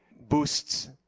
boosts